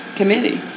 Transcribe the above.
committee